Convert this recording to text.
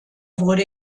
wurde